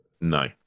No